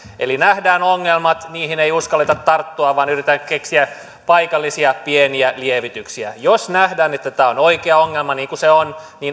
eli nähdään ongelmat niihin ei uskalleta tarttua vaan yritetään keksiä paikallisia pieniä lievityksiä jos nähdään että tämä on oikea ongelma niin kuin se on